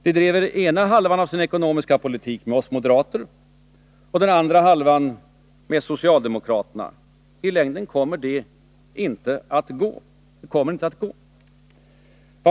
Man bedriver ena halvan av sin ekonomiska politik med oss moderater och den andra halvan med socialdemokraterna. I längden kommer det inte att gå.